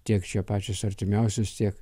tiek čia pačios artimiausios tiek